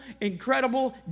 incredible